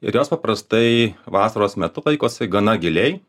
ir jos paprastai vasaros metu laikosi gana giliai